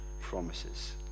promises